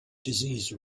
disease